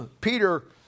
Peter